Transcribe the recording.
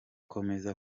komeza